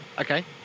Okay